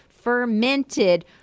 fermented